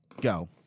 Go